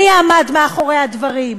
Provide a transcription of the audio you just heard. מי עמד מאחורי הדברים,